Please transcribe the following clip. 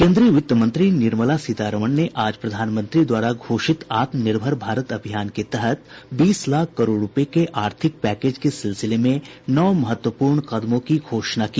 केन्द्रीय वित्त मंत्री निर्मला सीतारामन ने आज प्रधानमंत्री द्वारा घोषित आत्मनिर्भर भारत अभियान के तहत बीस लाख करोड रुपये के आर्थिक पैकेज के सिलसिले में नौ महत्वपूर्ण कदमों की घोषणा की